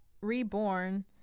Reborn